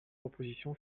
proposition